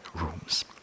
rooms